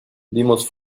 dimos